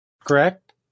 correct